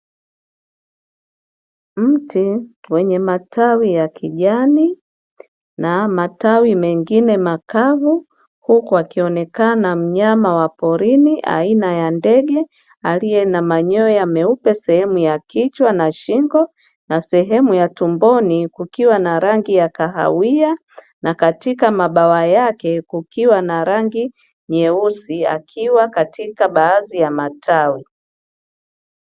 Mti wenye matawi ya kijani na matawi mengine makavu huku akionekana mnyama wa porini aina ya ndege aliye na manyoya meupe sehemu ya kichwa na shingo, na sehemu ya tumboni kukiwa na rangi ya kahawia na katika mabawa yake kukiwa na rangi nyeusi akiwa katika baadhi ya matawi.